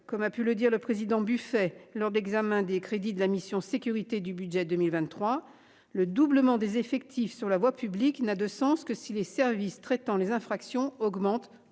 comme a pu le dire le président buffet lors de l'examen des crédits de la mission sécurité du budget 2023, le doublement des effectifs sur la voie publique n'a de sens que si les services traitant les infractions augmentent